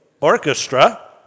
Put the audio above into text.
orchestra